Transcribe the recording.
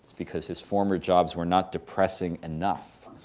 because his former jobs were not depressing enough.